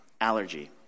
allergy